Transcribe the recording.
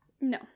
no